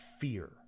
fear